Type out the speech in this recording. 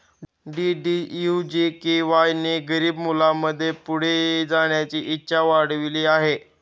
DDU GKY ने गरीब मुलांमध्ये पुढे जाण्याची इच्छा वाढविली आहे